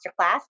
masterclass